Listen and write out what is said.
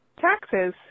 taxes